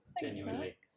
Genuinely